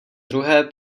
druhé